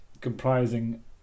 comprising